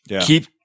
keep